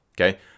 Okay